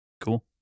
Cool